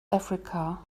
africa